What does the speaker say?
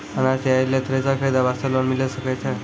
अनाज तैयारी लेल थ्रेसर खरीदे वास्ते लोन मिले सकय छै?